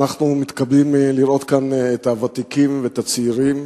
אנחנו מתכבדים לראות כאן את הוותיקים ואת הצעירים,